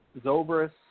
Zobris